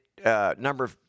Number